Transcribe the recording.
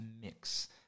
mix